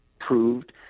proved